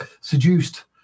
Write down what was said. seduced